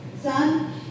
son